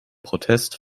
protest